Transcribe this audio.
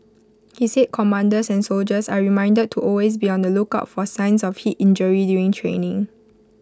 he said commanders and soldiers are reminded to always be on the lookout for signs of heat injury during training